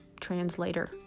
translator